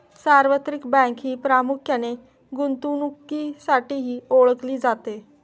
सार्वत्रिक बँक ही प्रामुख्याने गुंतवणुकीसाठीही ओळखली जाते